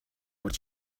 what